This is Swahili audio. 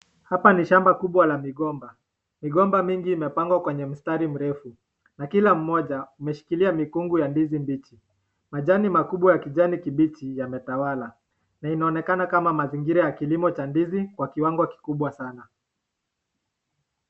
Hapa ni shamba kubwa la migomba, migomba mingi imepangwa kwenye mstari mrefu, na kila mmoja ameshikilia mikongu ya ndizi mbichi, majani makubwa ya kijani kibichi yametawala, na inaonekana kama mazingira ya kilimo cha ndizi kwa kiwango kikubwa sana.